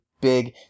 big